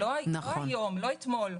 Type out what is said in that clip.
לא היום ולא אתמול.